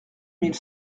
mille